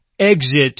exit